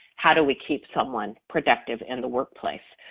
how do we keep someone productive in the workplace?